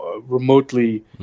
remotely